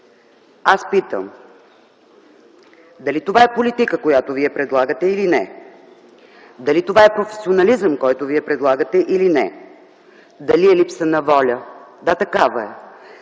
Аз питам: дали това е политика, която вие предлагате или не, дали това е професионализъм, който вие предлагате или не, дали е липса на воля? Да, такава е,